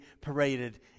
paraded